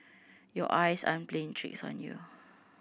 your eyes aren't playing tricks on you